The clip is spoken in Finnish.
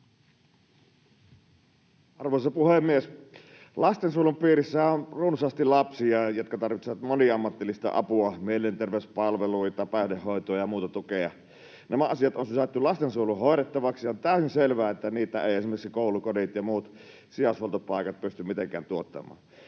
Arvoisa puhemies! Lastensuojelun piirissä on runsaasti lapsia, jotka tarvitsevat moniammatillista apua, mielenterveyspalveluita, päihdehoitoa ja muuta tukea. Nämä asiat on sysätty lastensuojelun hoidettavaksi, ja on täysin selvää, että niitä eivät esimerkiksi koulukodit ja muut sijaishuoltopaikat pysty mitenkään tuottamaan.